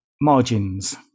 margins